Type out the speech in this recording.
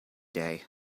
day